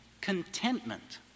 contentment